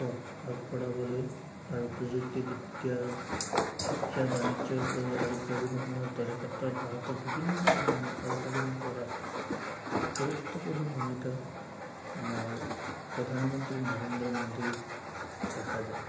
দিশত আগবঢ়াবলৈ আৰু প্ৰযুক্তিবিদ্যা শিক্ষা বাণিজ্যৰ আৰু পৰিবহনৰ দৰে ক্ষেত্ৰত ভাৰতক বিভিন্ন ধৰণে সাল সলনি কৰাত গুৰুত্বপূৰ্ণ ভূমিকা আমাৰ প্ৰধানমন্ত্ৰী নৰেন্দ্ৰ মোদীৰ দেখা যায়